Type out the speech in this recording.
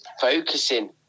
focusing